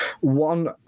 One